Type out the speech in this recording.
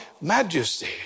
Majesty